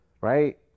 right